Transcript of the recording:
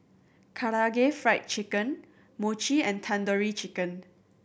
Karaage Fried Chicken Mochi and Tandoori Chicken